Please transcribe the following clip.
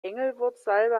engelwurzsalbe